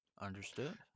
understood